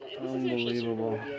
Unbelievable